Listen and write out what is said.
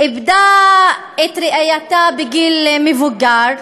איבדה את ראייתה בגיל מבוגר,